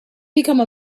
become